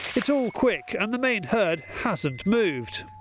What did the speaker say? it's all quick and the main herd hasn't moved.